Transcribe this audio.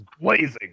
Blazing